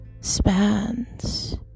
spans